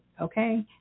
Okay